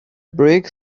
brick